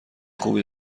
خوبی